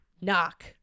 knock